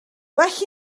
well